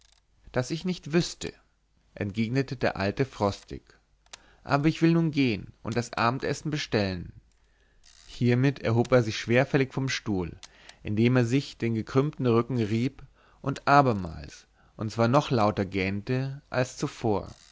daß ich nicht wüßte entgegnete der alte frostig aber ich will nun gehen und das abendessen bestellen hiermit erhob er sich schwerfällig vom stuhl indem er sich den gekrümmten rücken rieb und abermals und zwar noch lauter gähnte als zuvor